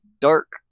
dark